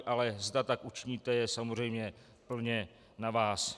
Ale zda tak učiníte, je samozřejmě plně na vás.